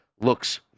looks